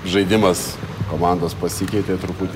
žaidimas komandos pasikeitė truputį